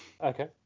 Okay